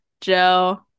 Joe